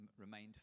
remained